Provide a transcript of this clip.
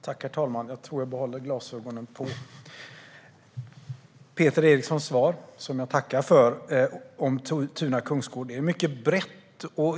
Herr talman! Jag tror jag behåller glasögonen på. Peter Erikssons svar om Tuna kungsgård, som jag tackar för, är mycket brett.